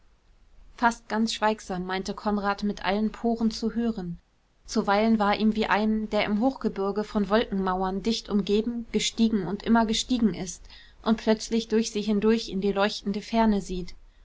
fast ganz schweigsam meinte konrad mit allen poren zu hören zuweilen war ihm wie einem der im hochgebirge von wolkenmauern dicht umgeben gestiegen und immer gestiegen ist und plötzlich durch sie hindurch in die leuchtende ferne sieht